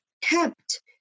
kept